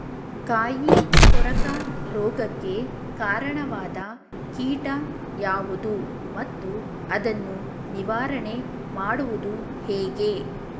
ಕಾಯಿ ಕೊರಕ ರೋಗಕ್ಕೆ ಕಾರಣವಾದ ಕೀಟ ಯಾವುದು ಮತ್ತು ಅದನ್ನು ನಿವಾರಣೆ ಮಾಡುವುದು ಹೇಗೆ?